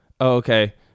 Okay